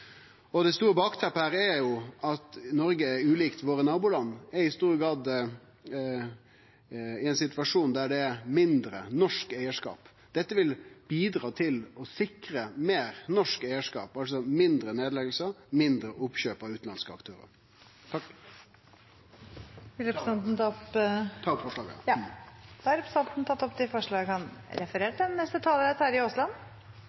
Det store bakteppet her er jo at Noreg – ulikt våre naboland – i stor grad er i ein situasjon der det er mindre norsk eigarskap. Dette vil bidra til å sikre meir norsk eigarskap, altså færre nedleggingar, færre oppkjøp av utanlandske aktørar. Eg tar opp forslag nr. 1, frå Arbeidarpartiet, Senterpartiet og Sosialistisk Venstreparti. Representanten Torgeir Knag Fylkesnes har tatt opp det forslaget han